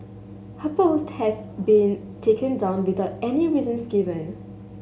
her post has been taken down without any reasons given